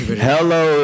Hello